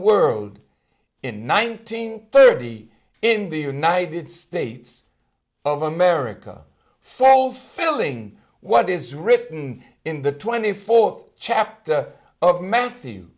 world in nineteen thirty in the united states of america fulfilling what is written in the twenty fourth chapter of matthew